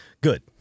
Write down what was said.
Good